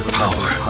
power